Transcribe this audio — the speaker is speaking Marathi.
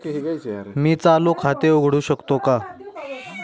मी चालू खाते उघडू शकतो का?